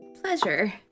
pleasure